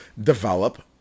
develop